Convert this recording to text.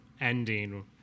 ending